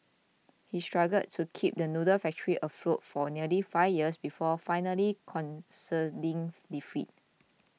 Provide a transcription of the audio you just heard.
he struggled to keep the noodle factory afloat for nearly five years before finally conceding defeat